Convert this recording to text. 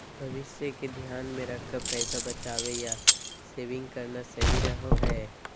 भविष्य के ध्यान मे रखकर पैसा बचावे या सेविंग करना सही रहो हय